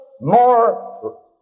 more